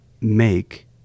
make